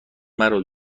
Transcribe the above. مرا